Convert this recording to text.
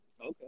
okay